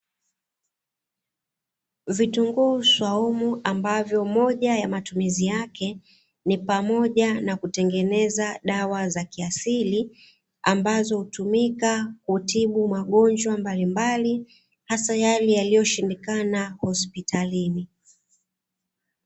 Vitunguu swaumu ambavyo moja ya matumizi yake ni pamoja na kutengeneza dawa za kiasili ambazo hutumika kutibu magonjwa mbalimbali hasa yale yaliyoshindikana hospitalini.